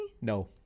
No